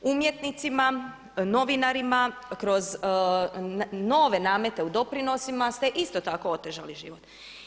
Umjetnicima, novinarima kroz nove namete u doprinosima ste isto tako otežali život.